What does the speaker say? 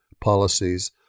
policies